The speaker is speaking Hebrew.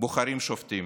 בוחרים שופטים.